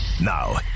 Now